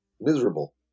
miserable